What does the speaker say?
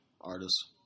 artists